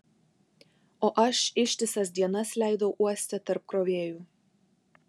o aš ištisas dienas leidau uoste tarp krovėjų